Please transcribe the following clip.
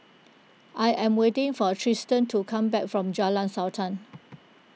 I am waiting for Trystan to come back from Jalan Sultan